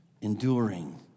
enduring